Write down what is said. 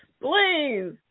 please